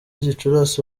gicurasi